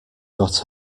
got